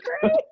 great